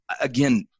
again